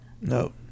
No